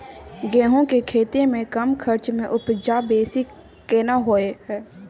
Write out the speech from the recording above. गेहूं के खेती में कम खर्च में उपजा बेसी केना होय है?